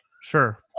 sure